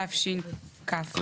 התשכ"ט 1969,